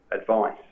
advice